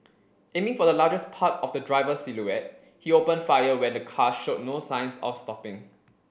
aiming for the largest part of the driver's silhouette he opened fire when the car showed no signs of stopping